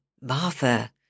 Martha